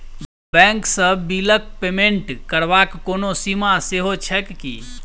Bank सँ बिलक payment करबाक कोनो सीमा सेहो छैक की?